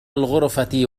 الغرفة